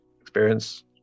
experience